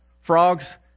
frogs